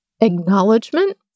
Acknowledgement